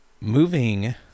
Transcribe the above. moving